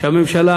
שהממשלה